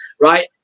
right